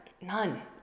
none